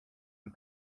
and